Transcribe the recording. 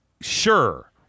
Sure